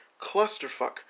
clusterfuck